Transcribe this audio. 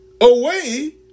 away